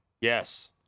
yes